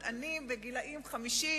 מדענים בני 50,